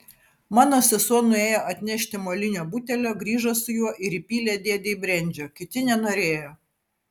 mano sesuo nuėjo atnešti molinio butelio grįžo su juo ir įpylė dėdei brendžio kiti nenorėjo